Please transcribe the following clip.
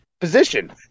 position